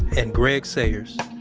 and gregg sayers.